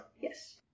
Yes